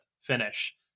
finish